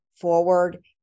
forward